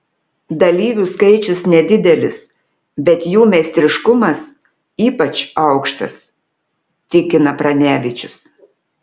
dalyvių skaičius nedidelis bet jų meistriškumas ypač aukštas tikina pranevičius